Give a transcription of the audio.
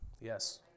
Yes